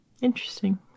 Interesting